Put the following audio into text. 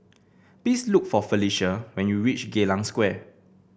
please look for Felicia when you reach Geylang Square